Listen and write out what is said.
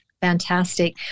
fantastic